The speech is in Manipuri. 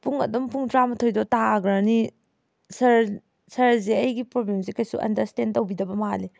ꯄꯨꯡ ꯑꯗꯨꯝ ꯄꯨꯡ ꯇꯔꯥꯃꯥꯊꯣꯏꯗꯣ ꯇꯥꯈ꯭ꯔꯅꯤ ꯁꯥꯔ ꯁꯥꯔꯁꯦ ꯑꯩꯒꯤ ꯄ꯭ꯔꯣꯕ꯭ꯂꯦꯝꯁꯦ ꯀꯩꯁꯨ ꯑꯟꯗꯔꯁꯇꯦꯟ ꯇꯧꯕꯤꯗꯕ ꯃꯥꯜꯂꯤ